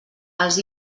els